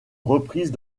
reprise